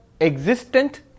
existent